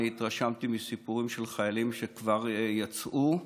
אני התרשמתי מסיפורים של חיילים שכבר יצאו,